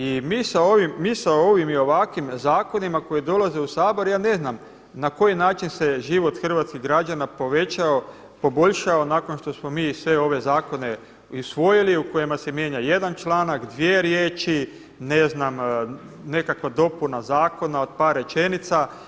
I mi sa ovim i ovakvim zakonima koji dolaze u Sabor, ja ne znam na koji način se život hrvatskih građana povećao, poboljšao nakon što smo mi sve ove zakone usvojili, u kojima se mijenja jedan članak, dvije riječi ne znam nekakva dopuna zakona od par rečenica.